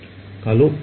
ছাত্র ছাত্রীঃ কালো